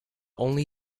only